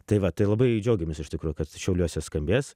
tai va tai labai džiaugiamės iš tikro kad šiauliuose skambės